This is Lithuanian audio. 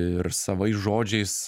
ir savais žodžiais